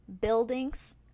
buildings